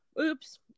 Oops